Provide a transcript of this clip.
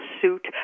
suit